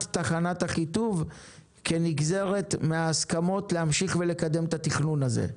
תחנת אחיטוב כנגזרת מההסכמות להמשיך ולקדם את התכנון הזה.